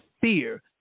fear